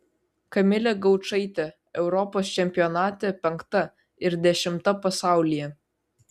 kamilė gaučaitė europos čempionate penkta ir dešimta pasaulyje